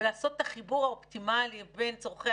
ולעשות את החיבור האופטימלי בין צורכי